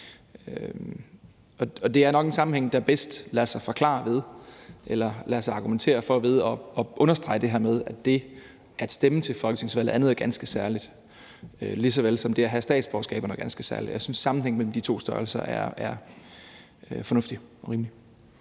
Det er en sammenhæng, der nok bedst lader sig forklare ved eller lader sig argumentere for ved at understrege det her med, at det at stemme til et folketingsvalg er noget ganske særligt, lige såvel som det at have et statsborgerskab er noget ganske særligt, og jeg synes, at sammenhængen mellem de to størrelser er fornuftig og rimelig.